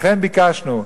לכן ביקשנו,